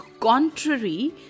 contrary